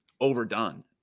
overdone